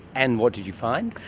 and what did you find?